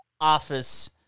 office